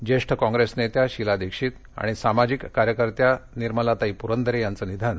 ज्येष्ठ काँग्रेस नेत्या शिला दीक्षित आणि सामाजिक कार्यकर्त्या निर्मलाताई प्रंदरे यांचं निधन